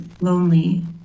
lonely